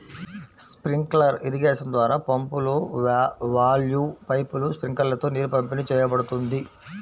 sprinkler irrigation ద్వారా పంపులు, వాల్వ్లు, పైపులు, స్ప్రింక్లర్లతో నీరు పంపిణీ చేయబడుతుంది